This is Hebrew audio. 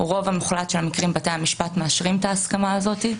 ברוב המוחלט של המקרים בתי המשפט מאשרים את ההסכמה הזאת,